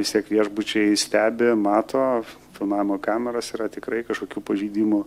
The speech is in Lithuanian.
vis tiek viešbučiai stebi mato filmavimo kameros yra tikrai kažkokių pažeidimų